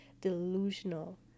delusional